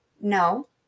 No